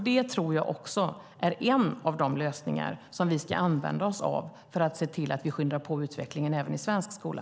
Det tror jag också är en av de lösningar vi ska använda för att se till att vi skyndar på utvecklingen även i svensk skola.